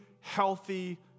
healthy